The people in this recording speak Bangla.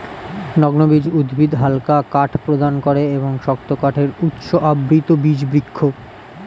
নগ্নবীজ উদ্ভিদ হালকা কাঠ প্রদান করে এবং শক্ত কাঠের উৎস আবৃতবীজ বৃক্ষ